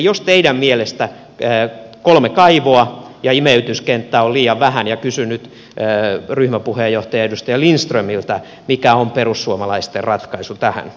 jos teidän mielestänne kolme kaivoa ja imeytyskenttä on liian vähän ja kysyn nyt ryhmäpuheenjohtaja edustaja lindströmiltä mikä on perussuomalaisten ratkaisu tähän